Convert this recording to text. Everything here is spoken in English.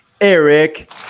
Eric